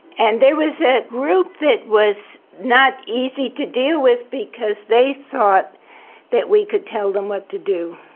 and there was a group that was not easy to deal with because they thought that we could tell them what to do,